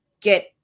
get